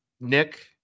Nick